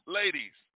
ladies